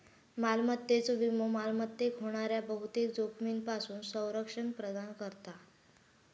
मालमत्तेचो विमो मालमत्तेक होणाऱ्या बहुतेक जोखमींपासून संरक्षण प्रदान करता